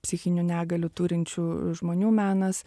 psichinių negalių turinčių žmonių menas